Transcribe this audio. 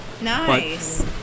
Nice